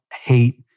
hate